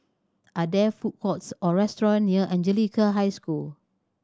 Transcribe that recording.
are there food courts or restaurant near Anglican High School